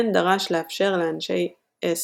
כן דרש לאפשר לאנשי אס.